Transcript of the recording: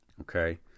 Okay